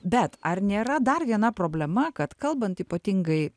bet ar nėra dar viena problema kad kalbant ypatingai